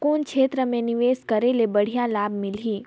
कौन क्षेत्र मे निवेश करे ले बढ़िया लाभ मिलही?